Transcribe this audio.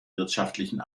wirtschaftlichen